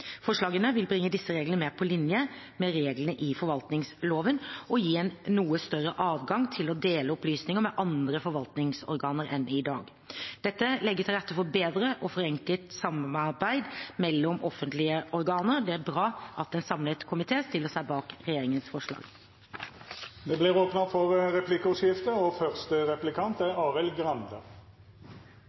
Forslagene vil bringe disse reglene mer på linje med reglene i forvaltningsloven og gi en noe større adgang til å dele opplysninger med andre forvaltningsorganer enn i dag. Dette legger til rette for bedre og forenklet samarbeid mellom offentlige organer. Det er bra at en samlet komité stiller seg bak regjeringens forslag. Det vert replikkordskifte. Arbeiderpartiet er glad for de endringene som kommer, men det er